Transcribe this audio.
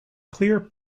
clear